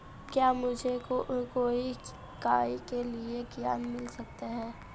क्या मुझे कृषि कार्य के लिए ऋण मिल सकता है?